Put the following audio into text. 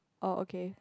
oh okay